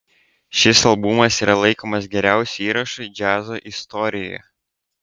šis albumas yra laikomas geriausiu įrašu džiazo istorijoje